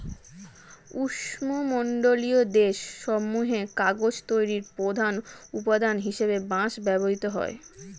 উষ্ণমণ্ডলীয় দেশ সমূহে কাগজ তৈরির প্রধান উপাদান হিসেবে বাঁশ ব্যবহৃত হয়